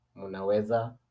munaweza